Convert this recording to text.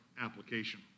application